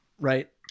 Right